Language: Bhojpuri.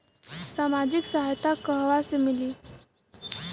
सामाजिक सहायता कहवा से मिली?